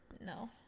No